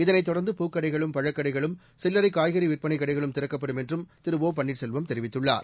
இதனைத் தொடர்ந்து பூக்கடைகளும் பழக்கடைகளும் சில்லறைகாய்கறிவிற்பனைகடைகளும் திறக்கப்படும் என்றும் திரு ஒ பன்னீர்செலம்வம் தெரிவித்துள்ளார்